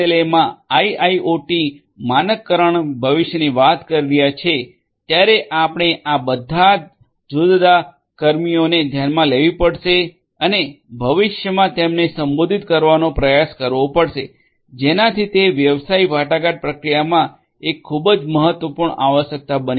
મા આઇઆઇઓટી માનકકરણના ભવિષ્યની વાત કરી રહ્યા છીએ ત્યારે આપણે આ બધા જુદાં કમીઓને ધ્યાનમાં લેવી પડશે અને ભવિષ્યમાં તેમને સંબોધિત કરવાનો પ્રયાસ કરવો પડશે જેનાથી તે વ્યવસાય વાટાઘાટ પ્રક્રિયામાં એક ખૂબ જ મહત્વપૂર્ણ આવશ્યકતા બની જશે